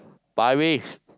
five ways